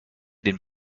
den